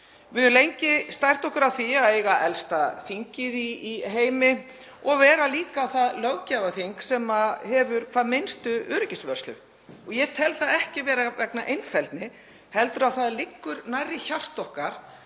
Við höfum lengi stært okkur af því að eiga elsta þingið í heimi og vera líka það löggjafarþing sem hefur hvað minnstu öryggisvörslu. Ég tel það ekki vera vegna einfeldni heldur að það liggi nærri hjarta okkar